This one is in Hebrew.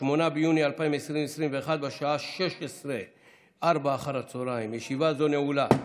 8 ביוני 2021, בשעה 16:00. ישיבה זו נעולה.